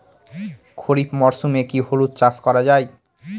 খরিফ মরশুমে কি হলুদ চাস করা য়ায়?